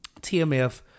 TMF